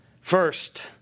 First